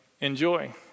enjoy